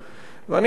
ואני מקווה,